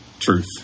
truth